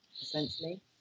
essentially